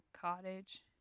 cottage